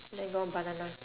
then got one banana